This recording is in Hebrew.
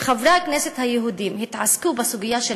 שחברי הכנסת היהודים התעסקו בסוגיה של